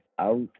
out